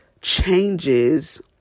changes